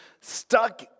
stuck